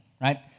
right